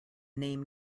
name